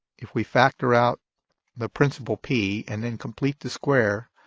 if we factor out the principle p and then complete the square,